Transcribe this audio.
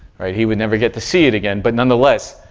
right? he would never get to see it again, but nonetheless,